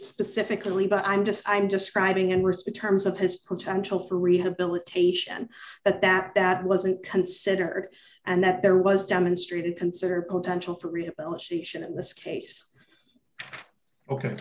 specifically but i'm just i'm describing an risk in terms of his potential for rehabilitation that that that wasn't considered and that there was demonstrated considered potential for rehabilitation in this case ok